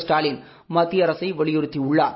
ஸ்டாலின் மத்திய அரசை வலியுறுத்தியுள்ளார்